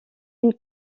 une